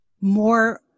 more